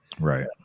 Right